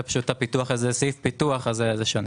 החלטה 556 לעוטף עזה והחלטה 4662 לעיר אילת וחבל אילות.